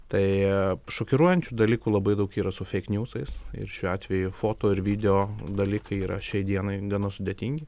tai šokiruojančių dalykų labai daug yra su feik niusais ir šiuo atveju foto ir video dalykai yra šiai dienai gana sudėtingi